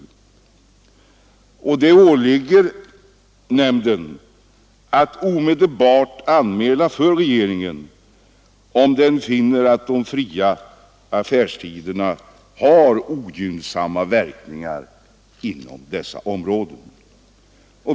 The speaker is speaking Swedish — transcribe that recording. Det åligger nämnden att omedelbart anmäla till regeringen om den finner att de fria affärstiderna har ogynnsamma verkningar inom dessa områden.